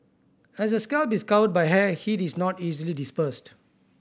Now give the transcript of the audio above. as the scalp is covered by hair heat is not easily dispersed